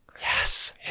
Yes